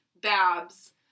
Babs